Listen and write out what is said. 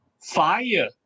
fire